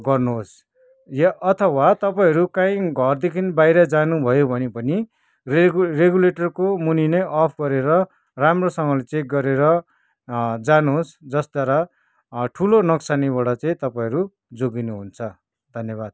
गर्नुहोस् या अथवा तपाईँहरू कहीँ घरदेखि बाहिर जानुभयो भने पनि रेगु रेगुलेटरको मुनि नै अफ गरेर राम्रोसँगले चेक गरेर जानुहोस् जसद्वारा ठुलो नोक्सानीबाट चाहिँ तपाईँहरू जोगिनुहुन्छ धन्यवाद